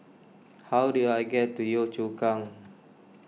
how do I get to Yio Chu Kang